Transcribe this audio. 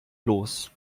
los